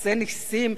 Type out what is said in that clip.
מעשה נסים,